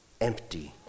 empty